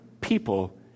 people